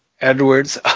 Edwards